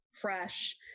fresh